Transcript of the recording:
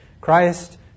Christ